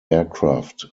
aircraft